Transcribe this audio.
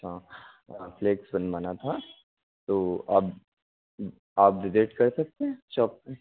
हाँ फ्लेक्स बनवाना था तो अब आप विज़िट कर सकते हैं शॉप पर